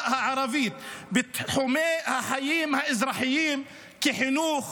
הערבית בתחומי החיים האזרחיים כחינוך,